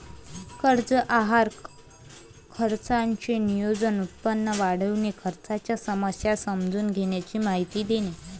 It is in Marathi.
कर्ज आहार खर्चाचे नियोजन, उत्पन्न वाढविणे, खर्चाच्या समस्या समजून घेण्याची माहिती देणे